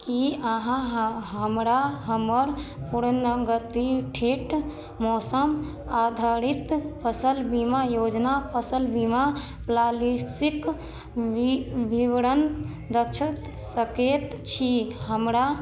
की अहाँ हमरा हमर पूर्णगति मौसम आधारित फसल बीमा योजना फसल बीमा प्लालिसीक वि विवरण दऽ सकैत छी हमरा